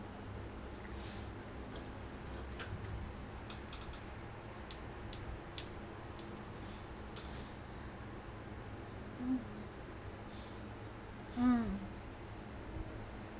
mm